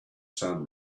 sun